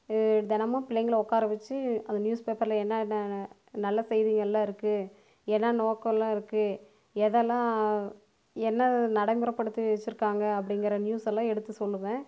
தினமும் பிள்ளைங்களை உக்கார வச்சி அந்த நியூஸ் பேப்பரில் என்ன என்ன ந நல்ல செய்திகள்லாம் இருக்கு என்ன நோக்கோல்லாம் இருக்கு எதெல்லாம் என்ன நடைமுறைப்படுத்தி வச்சிருக்காங்க அப்படிங்கிற நியூஸ் எல்லாம் எடுத்து சொல்லுவேன்